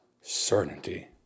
certainty